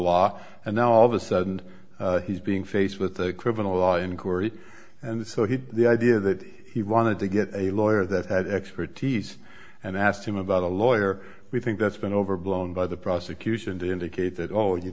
law and now all of a sudden he's being faced with a criminal law inquiry and so he the idea that he wanted to get a lawyer that had expertise and asked him about a lawyer we think that's been overblown by the prosecution to indicate that oh you